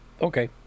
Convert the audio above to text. Okay